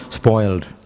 Spoiled